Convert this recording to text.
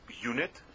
unit